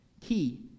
key